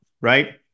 right